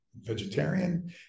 vegetarian